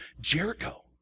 Jericho